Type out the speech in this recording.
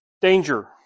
Danger